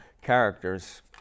Characters